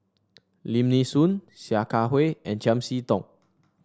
Lim Nee Soon Sia Kah Hui and Chiam See Tong